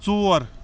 ژور